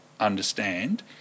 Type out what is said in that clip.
Understand